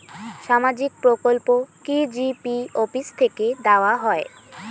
সামাজিক প্রকল্প কি জি.পি অফিস থেকে দেওয়া হয়?